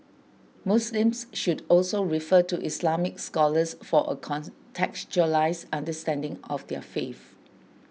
Muslims should also refer to Islamic scholars for a contextualised understanding of their faith